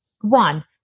one